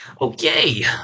okay